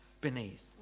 beneath